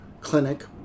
clinic